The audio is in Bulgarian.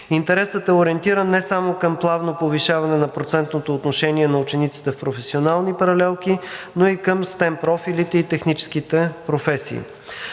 Интересът е ориентиран не само към плавно повишаване на процентното съотношение на учениците в професионални паралелки, но и към STEM профилите и техническите професии.